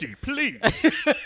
please